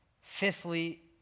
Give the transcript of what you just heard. Fifthly